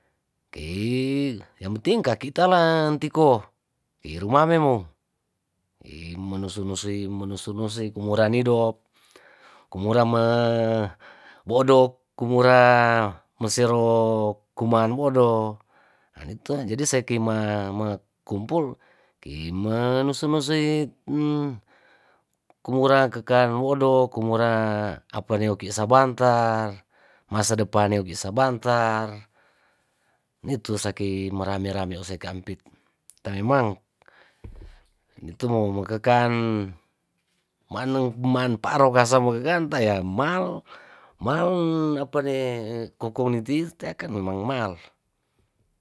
Kei yang penting ka kitalan tiko tirumamemu i menusu nusui menusu nusui kumuruan idop kumurame bodok kumura mesero kumaan bodoh anitua jadi sekima me kumpul kime nusu nusui kumura kekan wodo kumura apaneki sabantar masadepan neoki sabantar nitu saki meramerame ose kampit tamemang nitumo makekaan maaneng maneng maan paro kasamu kakekaan taya mar mal apade kokonititeakan memang mal.